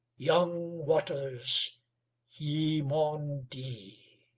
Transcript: young waters he maun dee.